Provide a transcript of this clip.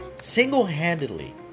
single-handedly